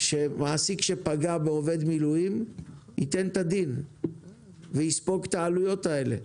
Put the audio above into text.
שמעסיק שפגע במשרת מילואים ייתן את הדין ויספוג את העלויות האלה.